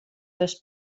les